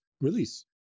release